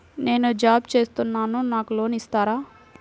నేను జాబ్ చేస్తున్నాను నాకు లోన్ ఇస్తారా?